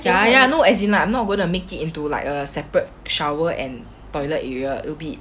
ya ya no as in like I'm not gonna make it into like a separate shower and toilet area will be